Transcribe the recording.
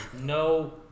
no